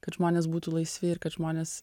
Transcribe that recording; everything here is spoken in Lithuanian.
kad žmonės būtų laisvi ir kad žmonės